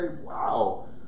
wow